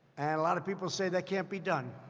and a lot of people say that can't be done.